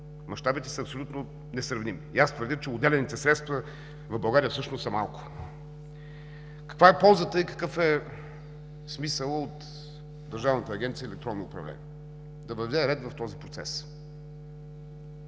Мащабите са абсолютно несравними и аз твърдя, че отделените средства в България всъщност са малко! Каква е ползата и какъв е смисълът от Държавната агенция „Електронно управление“? Да въведе ред в този процес